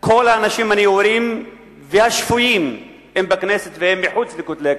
כל האנשים הנאורים והשפויים הן בכנסת והן מחוץ לכותלי הכנסת.